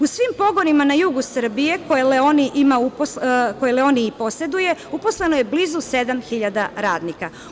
U svim pogonima na jugu Srbije, koje Leoni poseduje, uposleno je blizu 7.000 radnika.